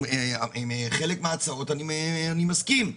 עם חלק מההצהרות אני מסכים,